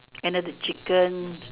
another chicken